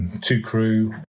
two-crew